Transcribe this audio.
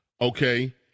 Okay